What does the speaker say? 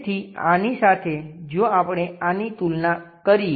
તેથી આનીસાથે જો આપણે આની તુલના કરીએ